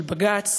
של בג"ץ,